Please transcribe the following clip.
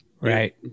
right